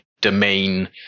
domain